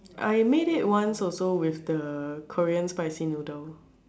I made it once also with the Korean spicy noodle